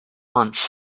months